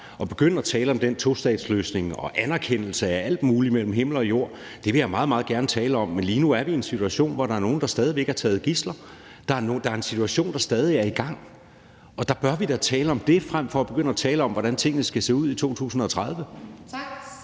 og begynde at tale om en tostatsløsning og anerkendelse af alt muligt mellem himmel og jord. Det vil jeg meget, meget gerne tale om. Men lige nu er vi en situation, hvor der er nogle, der stadig væk er taget som gidsler. Der er en situation, der stadig er i gang. Der bør vi da tale om det frem for at begynde at tale om, hvordan tingene skal se ud i 2030. Kl.